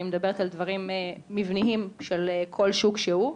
אני מדברת על דברים מבניים של כל שוק שהוא.